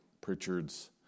Pritchard's